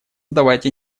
давайте